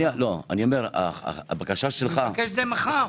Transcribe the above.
אבקש את זה מחר.